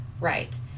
right